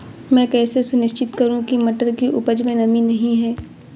मैं कैसे सुनिश्चित करूँ की मटर की उपज में नमी नहीं है?